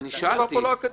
אני שאלתי.